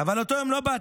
אבל באותו יום לא באת.